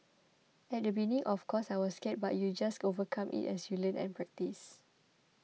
at the beginning of course I was scared but you just overcome it as you learn and practice